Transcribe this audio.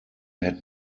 had